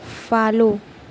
follow